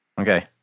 Okay